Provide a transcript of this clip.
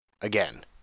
again